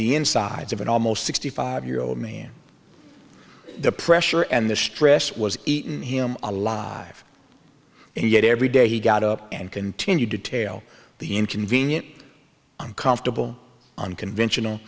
the insides of an almost sixty five year old man the pressure and the stress was eaten him alive and yet every day he got up and continued to tail the inconvenient uncomfortable unconventional